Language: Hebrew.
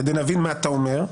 כדי להבין מה אתה אומר,